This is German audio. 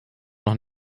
noch